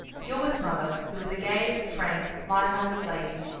gilbert's mother, who was a gay, frank, light-hearted lady,